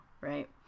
right